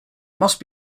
must